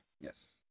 yes